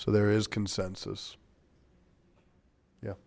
so there is consensus yeah